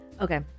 Okay